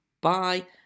bye